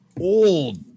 old